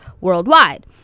worldwide